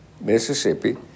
Mississippi